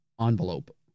envelope